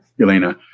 Elena